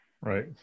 Right